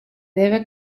debe